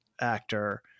Actor